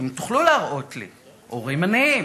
אתם תוכלו להראות לי, הורים עניים